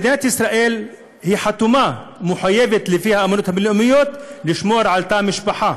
מדינת ישראל חתומה ומחויבת לאמנות הבין-לאומיות לשמור על תא המשפחה